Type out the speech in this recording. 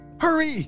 Hurry